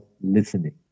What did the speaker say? listening